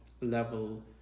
Level